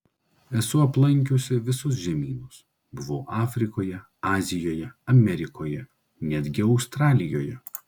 esu aplankiusi visus žemynus buvau afrikoje azijoje amerikoje netgi australijoje